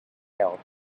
bell